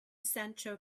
sancho